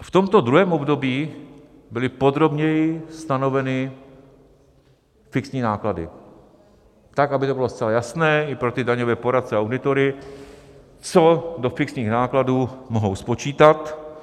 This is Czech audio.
V tomto druhém období byly podrobněji stanoveny fixní náklady tak, aby to bylo zcela jasné i pro daňové poradce a auditory, co do fixních nákladů mohou spočítat.